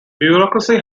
bureaucracy